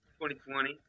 2020